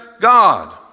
God